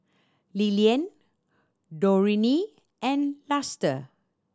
Lillian Dorene and Luster